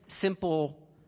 simple